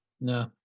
No